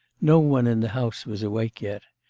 no one in the house was awake yet.